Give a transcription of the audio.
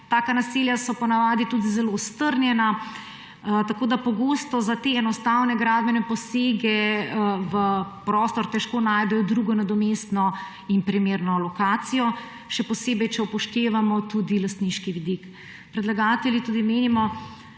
Taka naselja so po navadi tudi zelo strnjena, tako da pogosto za te enostavne gradbene posege v prostor težko najdejo drugo nadomestno in primerno lokacijo, še posebej, če upoštevamo tudi lastniški vidik. Predlagatelji tudi menimo,